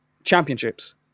Championships